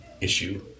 issue